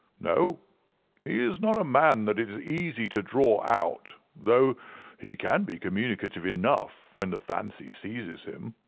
no he is not a man that it is easy to draw out, though he can be communicative enough when the fancy seizes him.